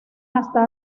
hasta